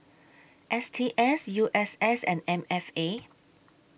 S T S U S S and M F A